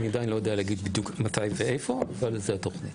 ואני עדיין לא יודע להגיד בדיוק מתי ואיפה אבל זו התוכנית.